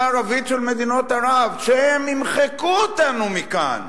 הערבית של מדינות ערב שהם ימחקו אותנו מכאן